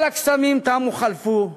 "כל הקסמים תמו חלפו,